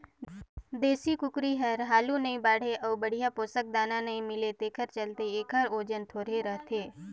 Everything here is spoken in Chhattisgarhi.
देसी कुकरी हर हालु नइ बाढ़े अउ बड़िहा पोसक दाना नइ मिले तेखर चलते एखर ओजन थोरहें रहथे